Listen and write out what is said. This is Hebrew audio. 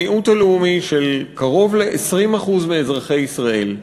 המיעוט הלאומי של קרוב ל-20% מאזרחי ישראל,